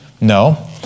No